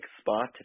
spot